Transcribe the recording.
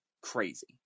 crazy